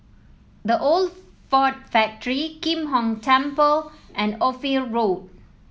The Old Ford Factory Kim Hong Temple and Ophir Road